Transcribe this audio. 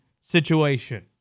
situation